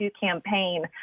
campaign